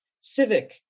civic